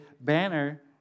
Banner